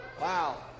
Wow